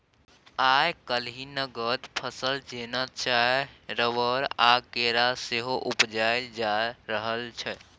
आइ काल्हि नगद फसल जेना चाय, रबर आ केरा सेहो उपजाएल जा रहल छै